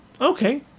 Okay